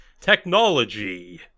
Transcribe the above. technology